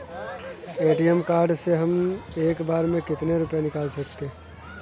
ATM card से हम एक बार में कितने रुपये निकाल सकते हैं?